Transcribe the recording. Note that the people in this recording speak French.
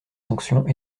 sanctions